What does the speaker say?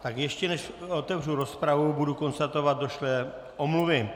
Tak ještě než otevřu rozpravu, budu konstatovat došlé omluvy.